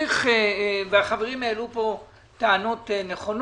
החברים העלו פה טענות נכונות,